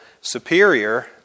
superior